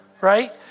Right